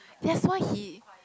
that's why he